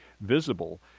visible